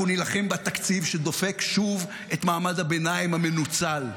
אנחנו נילחם בתקציב שדופק שוב את מעמד הביניים המנוצל.